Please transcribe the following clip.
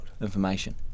Information